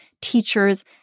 teachers